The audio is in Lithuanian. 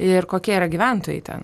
ir kokie yra gyventojai ten